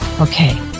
okay